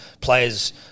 Players